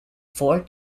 four